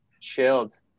chilled